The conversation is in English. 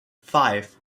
five